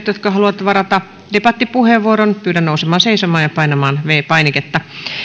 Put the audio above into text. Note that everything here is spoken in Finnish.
jotka haluavat varata debattipuheenvuoron pyydän nousemaan seisomaan ja painamaan viides painiketta